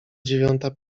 dziewiąta